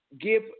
give